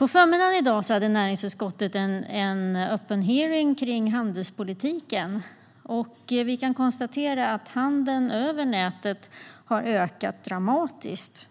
I förmiddags hade näringsutskottet en öppen hearing om handelspolitiken. Vi kan konstatera att handeln över nätet har ökat dramatiskt.